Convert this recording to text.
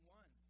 one